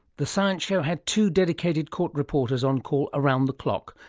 the science show had two dedicated court reporters on call around the clock,